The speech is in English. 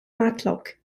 matlock